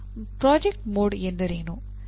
project mode ಎಂದರೇನು